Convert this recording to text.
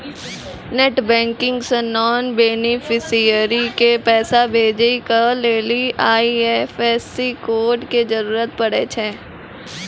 net banking से नान beneficiary के पैसा भेजै के लेली आई.एफ.एस.सी कोड के जरूरत पड़ै छै